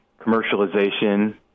commercialization